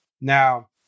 Now